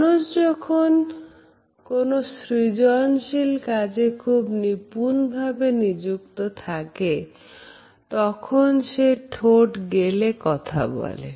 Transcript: মানুষ যখন কোন সৃজনশীল কাজে খুব নিপুণভাবে নিযুক্ত থাকে তখন সে ঠোঁট গেলে কথা বলে